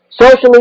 Socially